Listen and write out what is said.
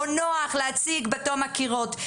או נוח להציג באותם הקירות.